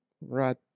Right